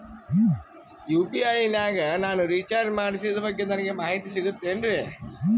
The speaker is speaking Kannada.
ಯು.ಪಿ.ಐ ನಾಗ ನಾನು ರಿಚಾರ್ಜ್ ಮಾಡಿಸಿದ ಬಗ್ಗೆ ನನಗೆ ಮಾಹಿತಿ ಸಿಗುತೇನ್ರೀ?